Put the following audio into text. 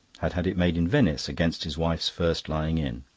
had had it made in venice against his wife's first lying-in.